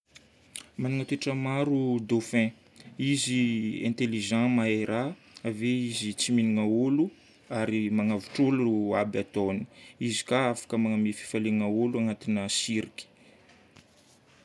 Magnana toetra maro dauphin. Izy intelligent, mahay raha. Ave izy tsy mihignana olo ary magnavotra olo aby ataony. Izy ka afaka magname fifaliana olo agnatina cirque.